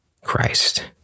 Christ